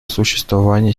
существования